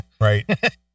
Right